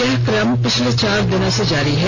यह क्रम पिछले चार दिनों से जारी है